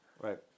Right